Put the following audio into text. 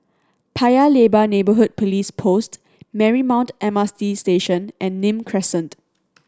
Paya Lebar Neighbourhood Police Post Marymount M R T Station and Nim Crescent